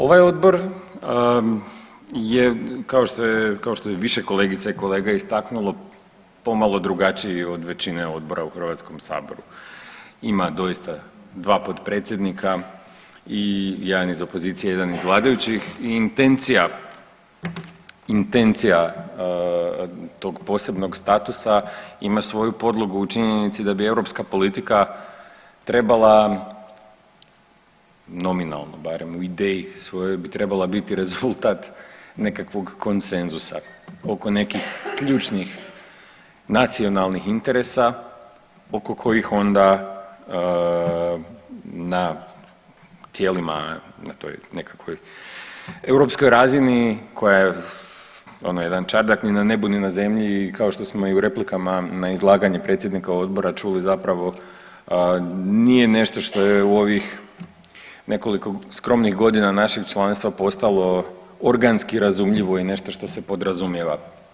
Ovaj odbor je kao što je, kao što je više kolegica i kolega istaknulo pomalo drugačiji od većine odbora u HS, ima doista dva potpredsjednika i jedan iz opozicije i jedan iz vladajućih i intencija, intencija tog posebnog statusa ima svoju podlogu u činjenici da bi europska politika trebala nominalno barem u ideji svojoj bi trebala biti rezultat nekakvog konsenzusa oko nekih ključnih nacionalnih interesa oko kojih onda na tijelima na toj nekakvoj europskoj razini koja je onaj jedan čardak ni na nebu ni na zemlji i kao što smo i u replikama na izlaganje predsjednika odbora čuli zapravo nije nešto što je u ovih nekoliko skromnih godina našeg članstva postalo organski razumljivo i nešto što se podrazumijeva.